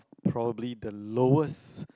probably the lowest